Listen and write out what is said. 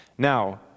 Now